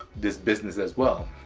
this business as well.